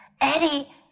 Eddie